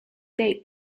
date